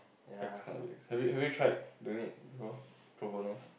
next one is have you have you tried doing it before pro bonos